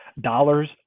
dollars